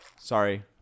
Sorry